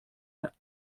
der